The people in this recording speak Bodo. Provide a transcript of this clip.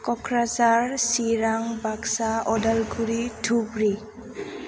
क'क्राझार चिरां बाक्सा उदालगुरि धुबुरि